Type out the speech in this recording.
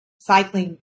cycling